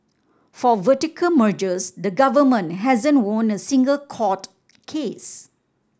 for vertical mergers the government hasn't won a single court case